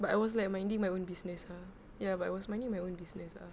but I was like minding my own business ah ya but I was minding my own business ah